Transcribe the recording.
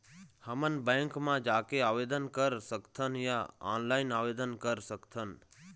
हमन बैंक मा जाके आवेदन कर सकथन या ऑनलाइन आवेदन कर सकथन?